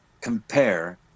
compare